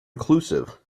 inclusive